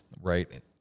right